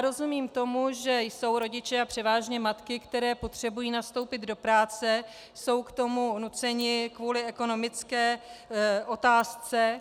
Rozumím tomu, že jsou rodiče, a převážně matky, které potřebují nastoupit do práce, jsou k tomu nuceni kvůli ekonomické otázce.